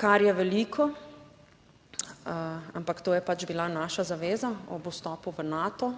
kar je veliko, ampak to je pač bila naša zaveza ob vstopu v Nato.